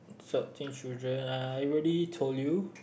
shortchange children ah already told you